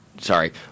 sorry